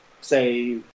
say